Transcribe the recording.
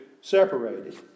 separated